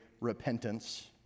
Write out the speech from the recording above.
repentance